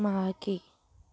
मागे